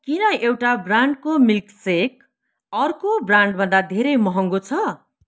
किन एउटा ब्रान्डको मिल्कसेक अर्को ब्रान्डभन्दा धेरै महँगो छ